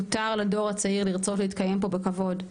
מותר לדור הצעיר לרצות להתקיים פה בכבוד.